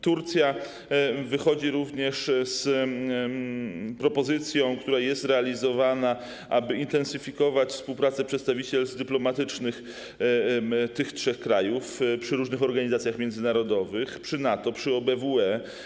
Turcja wychodzi również z propozycją, która jest realizowana, aby intensyfikować współpracę przedstawicielstw dyplomatycznych tych trzech krajów przy różnych organizacjach międzynarodowych, przy NATO, przy OBWE.